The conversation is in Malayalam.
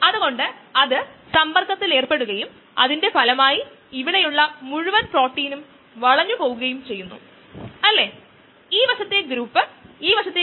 അതിനാൽ അസ്ഥിര എൻസൈമുകളെക്കുറിച്ചുള്ള ചില വിശദാംശങ്ങൾ അറിയാൻ നിങ്ങൾക്ക് താൽപ്പര്യമുണ്ടെങ്കിൽ ആ പേപ്പർ വായിക്കുക